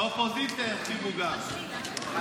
שהאופוזיציה יקשיבו גם.